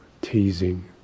teasing